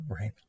Right